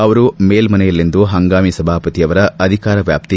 ಅವರು ಮೇಲ್ನನೆಯಲ್ಲಿಂದು ಪಂಗಾಮಿ ಸಭಾಪತಿ ಅವರ ಅಧಿಕಾರ ವ್ಯಾಪ್ತಿ